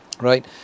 right